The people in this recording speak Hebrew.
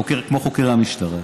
כמו חוקר המשטרה,